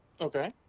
Okay